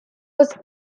was